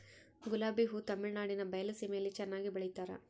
ಗುಲಾಬಿ ಹೂ ತಮಿಳುನಾಡಿನ ಬಯಲು ಸೀಮೆಯಲ್ಲಿ ಚೆನ್ನಾಗಿ ಬೆಳಿತಾರ